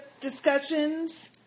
discussions